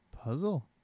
Puzzle